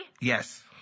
yes